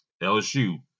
LSU